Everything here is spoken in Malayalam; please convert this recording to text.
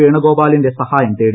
വേണുഗോപാലിന്റെ സഹായം തേടി